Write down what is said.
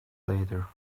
later